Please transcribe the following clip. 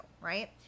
right